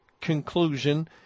conclusion